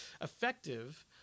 effective